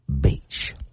Beach